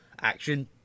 action